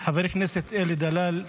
חבר הכנסת אלי דלל,